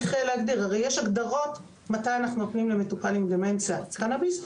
יש הגדרות של מתי אנחנו נותנים למטופל עם דמנציה קנביס,